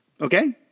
Okay